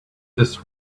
this